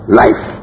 life